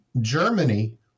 Germany